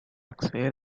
acceder